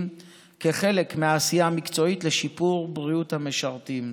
כחלק מהעשייה המקצועית לשיפור בריאות המשרתים,